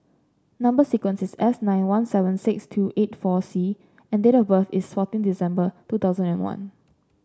number sequence is S nine one seven six two eight four C and date of birth is fourteen December two thousand and one